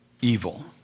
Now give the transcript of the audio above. evil